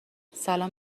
سلام